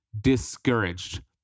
discouraged